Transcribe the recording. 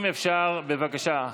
אם אפשר, בבקשה.